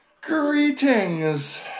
Greetings